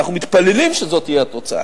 אנחנו מתפללים שזאת תהיה התוצאה,